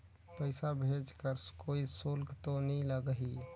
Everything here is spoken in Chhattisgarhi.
पइसा भेज कर कोई शुल्क तो नी लगही?